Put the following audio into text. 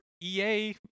EA